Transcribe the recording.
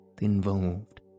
involved